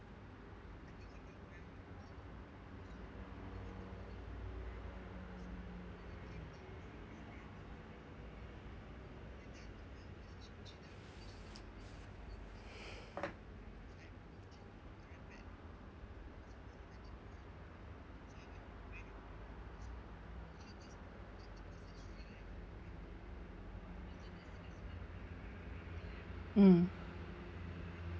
mm